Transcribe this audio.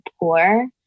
poor